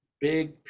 big